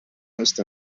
ist